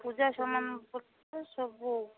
ପୂଜା ସାମାନ ସବୁ